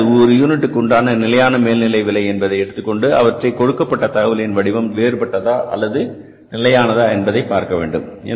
எனவே ஒரு யூனிட்டுக்கு உண்டான நிலையான மேல்நிலை விலை என்பதை எடுத்துக்கொண்டு அவற்றை கொடுக்கப்பட்ட தகவலின் வடிவம் வேறு பட்டதா அல்லது நிலையானதா என்று பார்க்க வேண்டும்